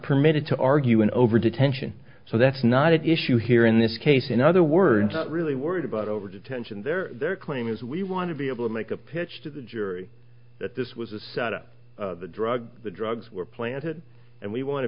permitted to argue and over detention so that's not at issue here in this case in other words really worried about over detention their claim is we want to be able to make a pitch to the jury that this was a set up drug the drugs were planted and we want to